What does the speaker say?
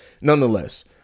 nonetheless